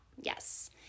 Yes